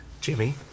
Jimmy